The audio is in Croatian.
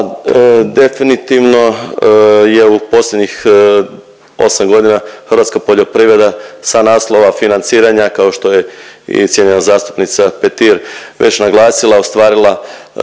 definitivno je u posljednjih 8 godina hrvatska poljoprivreda sa naslova financiranja kao što je i cijenjena zastupnica Petir već naglasila, ostvarila